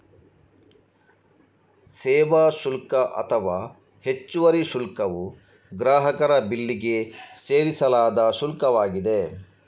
ಸೇವಾ ಶುಲ್ಕ ಅಥವಾ ಹೆಚ್ಚುವರಿ ಶುಲ್ಕವು ಗ್ರಾಹಕರ ಬಿಲ್ಲಿಗೆ ಸೇರಿಸಲಾದ ಶುಲ್ಕವಾಗಿದೆ